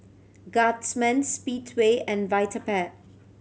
Guardsman Speedway and Vitapet